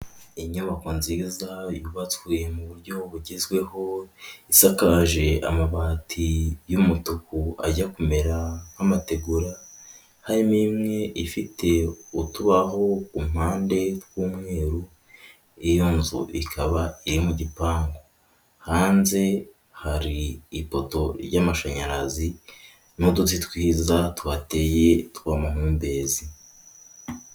Inyubako nziza yubatswe mu buryo bugezweho, isakaje amabati y'umutuku ajya kumera nk'amategura, harimo imwe ifite utubaho ku mpande tw'umweru, iyo nzu ikaba iri mu gipangu. Hanze hari ipoto ry'amashanyarazi n'uduti twiza tuhateye tw'amahumbezi.